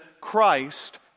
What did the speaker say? Christ